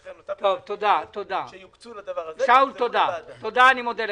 לכן, --- שאול, אני מודה לך.